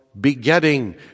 begetting